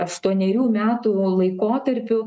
aštuonerių metų laikotarpiu